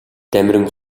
дамиран